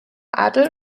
adel